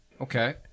okay